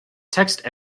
text